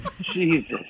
Jesus